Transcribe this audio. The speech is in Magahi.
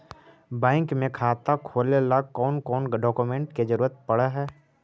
बैंक में खाता खोले ल कौन कौन डाउकमेंट के जरूरत पड़ है?